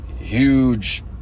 huge